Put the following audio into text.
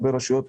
הרבה רשויות